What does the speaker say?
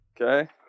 Okay